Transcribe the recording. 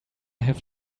have